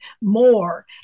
more